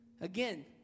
Again